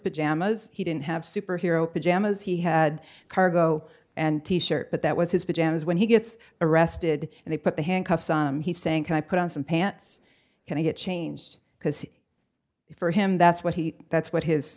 pajamas he didn't have superhero pajamas he had cargo and t shirt but that was his pajamas when he gets arrested and they put the handcuffs on he's saying can i put on some pants can i get changed because for him that's what he that's what his